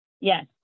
Yes